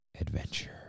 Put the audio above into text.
Adventure